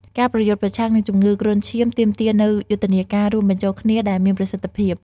ការប្រយុទ្ធប្រឆាំងនឹងជំងឺគ្រុនឈាមទាមទារនូវយុទ្ធនាការរួមបញ្ចូលគ្នាដែលមានប្រសិទ្ធភាព។